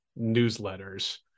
newsletters